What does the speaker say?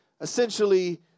essentially